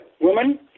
Woman